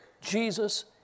Jesus